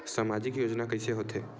सामजिक योजना कइसे होथे?